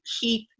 keep